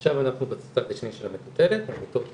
עכשיו אנחנו בצד השני של המטוטלת, המיטות ירדו,